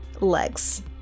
legs